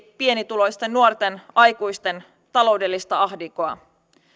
pienituloisten nuorten aikuisten taloudellista ahdinkoa